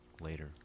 later